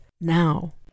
now